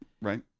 right